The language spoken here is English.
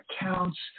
accounts